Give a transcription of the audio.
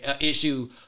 issue